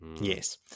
Yes